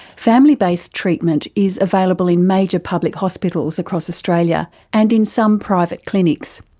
family based treatment is available in major public hospitals across australia and in some private clinics.